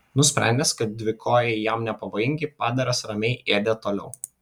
nusprendęs kad dvikojai jam nepavojingi padaras ramiai ėdė toliau